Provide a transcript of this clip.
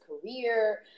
career